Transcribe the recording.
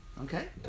Okay